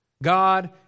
God